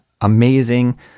amazing